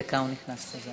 דקה, הוא נכנס.